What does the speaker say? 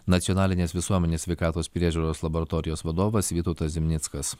nacionalinės visuomenės sveikatos priežiūros laboratorijos vadovas vytautas zimnickas